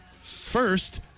First